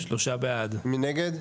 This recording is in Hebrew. מי נגד?